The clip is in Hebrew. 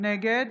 נגד